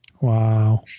Wow